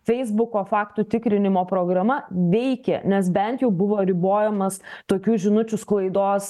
feisbuko faktų tikrinimo programa veikė nes bent jau buvo ribojimas tokių žinučių sklaidos